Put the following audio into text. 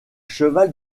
cheval